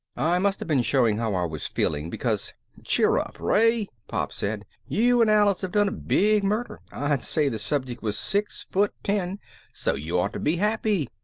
i must have been showing how i was feeling because, cheer up, ray, pop said. you and alice have done a big murder i'd say the subject was six foot ten so you ought to be happy.